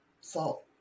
salt